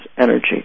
energy